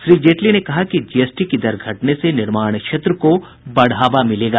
श्री जेटली ने कहा कि जीएसटी की दर घटने से निर्माण क्षेत्र को बढ़ावा मिलेगा